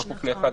בכפוף ל-4-1,